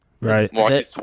Right